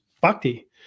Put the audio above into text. bhakti